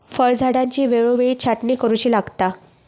फळझाडांची वेळोवेळी छाटणी करुची लागता